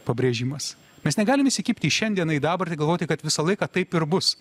pabrėžimas mes negalime įsikibti į šiandieną į dabartį galvoti kad visą laiką taip ir bus